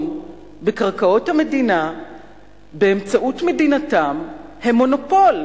בקרקעות המדינה באמצעות מדינתם הם מונופול?